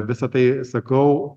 visa tai sakau